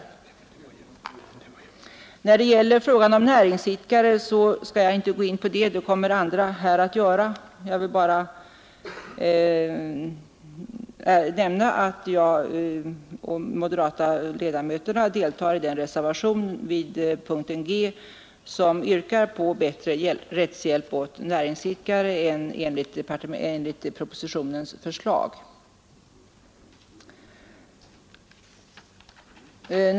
Jag skulle inte ingå på frågan om näringsidkare, eftersom andra kommer att göra det. Jag vill här bara nämna, att till punkten G har fogats en gemensam borgerlig reservation, som yrkar på bättre rättshjälp åt näringsidkare än propositionens förslag.